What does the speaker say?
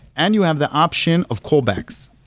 and you have the option of callbacks.